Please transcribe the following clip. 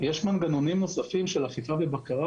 יש מנגנונים נוספים של אכיפה ובקרה,